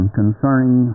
concerning